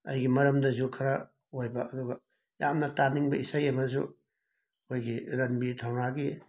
ꯑꯩꯒꯤ ꯃꯔꯝꯗꯁꯨ ꯈꯔ ꯑꯣꯏꯕ ꯑꯗꯨꯒ ꯌꯥꯝꯅ ꯇꯥꯅꯤꯡꯕ ꯏꯁꯩ ꯑꯃꯁꯨ ꯑꯩꯈꯣꯏꯒꯤ ꯔꯟꯕꯤꯔ ꯊꯧꯅꯥꯒꯤ